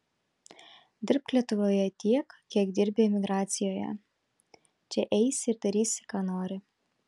dirbk lietuvoje tiek kiek dirbi emigracijoje čia eisi ir darysi ką nori